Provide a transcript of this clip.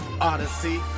Odyssey